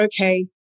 okay